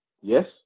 Yes